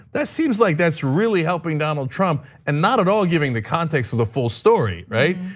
that seems like that's really helping donald trump and not at all giving the context of the full story, right?